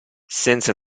senza